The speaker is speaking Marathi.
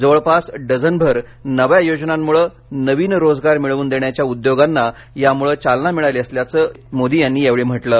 जवळपास डझनभर नव्या योजनांमुळे नवीनरोजगार मिळवून देण्याच्या उद्योगांना यामुळं चालना मिळाली असल्याचं मोदी यांनीयावेळी म्हटलं आहे